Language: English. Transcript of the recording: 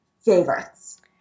favorites